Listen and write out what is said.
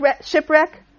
shipwreck